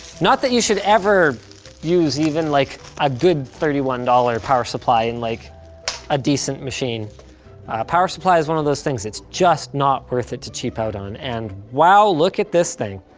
not that you should ever use even like a good thirty one dollars power supply in like a decent machine. a power supply is one of those things, it's just not worth it to cheap out on. and wow, look at this thing.